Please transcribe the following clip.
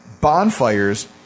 bonfires